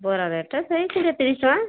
ବରା ରେଟ୍ ସେଇ କୋଡ଼ିଏ ତିରିଶ ଟଙ୍କା